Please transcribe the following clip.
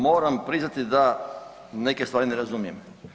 Moram priznati da neke stvari ne razumijem.